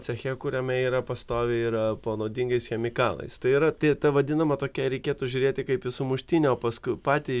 ceche kuriame yra pastoviai yra po nuodingais chemikalais tai yra ta vadinama tokia reikėtų žiūrėti kaip į sumuštinio paskui patį